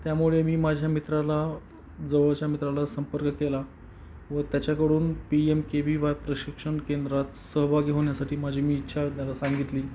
त्यामुळे मी माझ्या मित्राला जवळच्या मित्राला संपर्क केला व त्याच्याकडून P M K V Y प्रशिक्षण केंद्रात सहभागी होण्यासाठी माझी मी इच्छा त्याला सांगितली